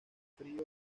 frío